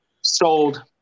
Sold